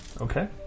Okay